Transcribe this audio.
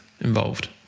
involved